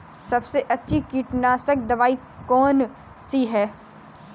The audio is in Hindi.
सबसे अच्छी कीटनाशक दवाई कौन सी है?